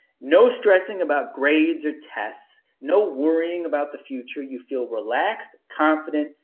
no stressing about grades or tests. no worrying about the future, you feel relaxed, confident,